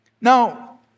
Now